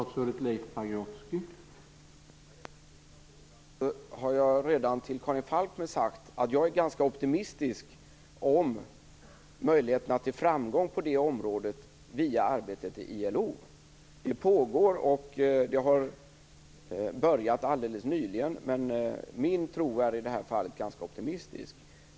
Herr talman! Vad gäller den sista frågan har jag redan till Karin Falkmer sagt att jag är ganska optimistisk om möjligheterna till framgång på detta område via arbetet i ILO. Arbetet pågår, och det har påbörjats alldeles nyligen. Min tro är i det här fallet ganska optimistisk.